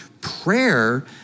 prayer